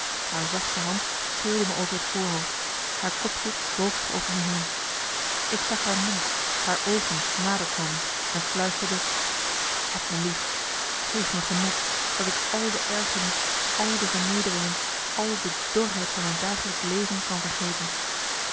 haar zachte hand streelde me over het voorhoofd haar kopje boog zich over me heen ik zag haar mond haar oogen nader komen en fluisterde heb me lief geef me genot dat ik al de ergernis al de vernederingen al de dorheid van mijn dagelijksch leven kan vergeten